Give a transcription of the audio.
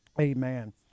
Amen